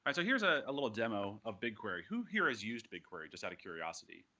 and so here's a little demo of bigquery. who here has used bigquery just out of curiosity?